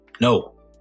No